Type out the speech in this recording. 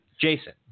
Jason